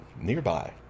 Nearby